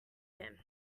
him